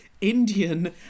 Indian